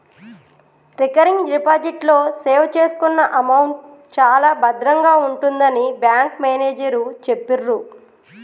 recurring deposit లో save చేసుకున్న amount చాలా భద్రంగా ఉంటుందని బ్యాంకు మేనేజరు చెప్పిర్రు